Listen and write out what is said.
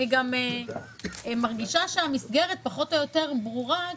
אני גם מרגישה שהמסגרת פחות או יותר ברורה,